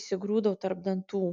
įsigrūdau tarp dantų